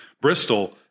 Bristol